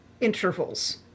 intervals